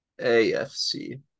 AFC